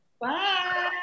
Bye